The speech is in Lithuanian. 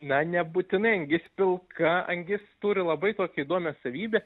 na nebūtinai angis pilka angis turi labai tokią įdomią savybę